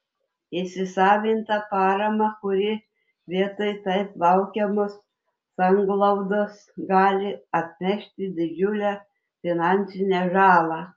įsisavintą paramą kuri vietoj taip laukiamos sanglaudos gali atnešti didžiulę finansinę žalą